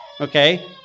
okay